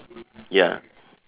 ya